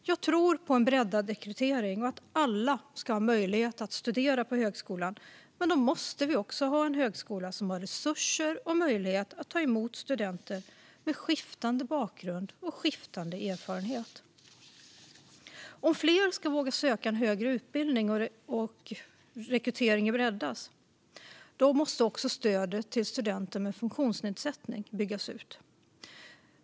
Jag tror på en breddad rekrytering och på att alla ska ha möjlighet att studera på högskolan, men då måste vi också ha en högskola som har resurser och möjlighet att ta emot studenter med skiftande bakgrund och erfarenhet. Om fler ska våga söka en högre utbildning och rekryteringen breddas måste också stödet till studenter med funktionsnedsättning byggas ut.